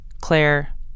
Claire